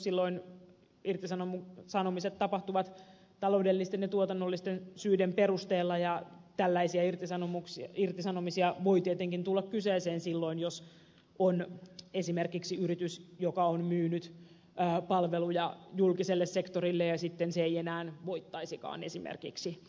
silloin irtisanomiset tapahtuvat taloudellisten ja tuotannollisten syiden perusteella ja tällaisia irtisanomisia voi tietenkin tulla kyseeseen silloin jos on esimerkiksi yritys joka on myynyt palveluja julkiselle sektorille ja sitten se ei enää voittaisikaan esimerkiksi tarjouskilpailua